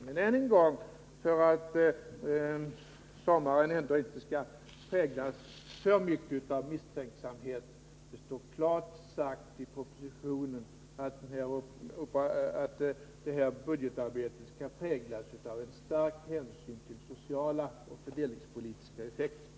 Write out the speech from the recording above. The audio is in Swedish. Men för att sommaren inte skall präglas för mycket av misstänksamhet vill jag än en gång säga: Det står klart angivet i propositionen att det här budgetarbetet skall präglas av en stark hänsyn till sociala och fördelningspolitiska effekter.